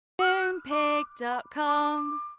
Moonpig.com